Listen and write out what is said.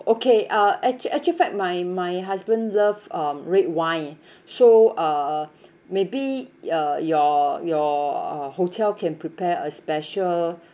okay uh actua~ actually find my my husband love um red wine so uh maybe uh your your uh hotel can prepare a special